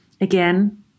Again